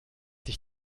sich